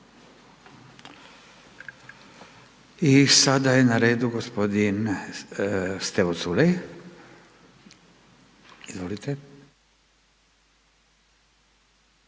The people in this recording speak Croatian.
I sada je na redu g. Stevo Culej. Izvolite.